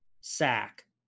Sack